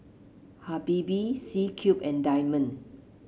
Habibie C Cube and Diamond